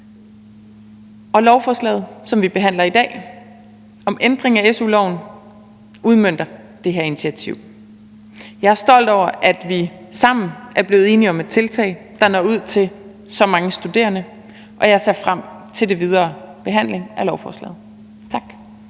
Lovforslaget, som vi behandler i dag, om ændring af su-loven udmønter det her initiativ. Jeg er stolt over, at vi sammen er blevet enige om et tiltag, der når ud til så mange studerende, og jeg ser frem til den videre behandling af lovforslaget. Tak.